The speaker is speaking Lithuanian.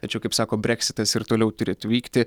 tačiau kaip sako breksitas ir toliau turėtų vykti